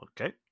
okay